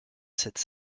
cette